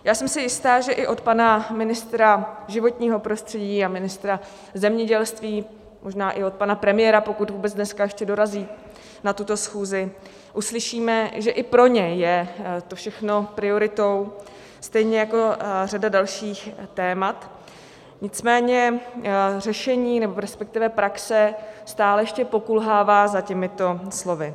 Já jsem si jista, že i od pana ministra životního prostředí a ministra zemědělství, možná i od pana premiéra, pokud vůbec dneska ještě dorazí na tuto schůzi, uslyšíme, že i pro něj je to všechno prioritou, stejně jako řada dalších témat, nicméně řešení, nebo respektive praxe stále ještě pokulhává za těmito slovy.